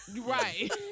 Right